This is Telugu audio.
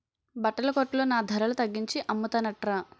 బట్టల కొట్లో నా ధరల తగ్గించి అమ్మతన్రట